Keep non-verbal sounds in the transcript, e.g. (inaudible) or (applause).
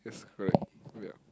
that's correct (noise) ya